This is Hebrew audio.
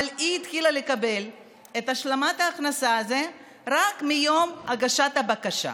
אבל היא התחילה לקבל את השלמת ההכנסה הזאת רק מיום הגשת הבקשה,